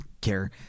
care